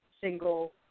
single